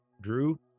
drew